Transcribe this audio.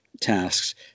tasks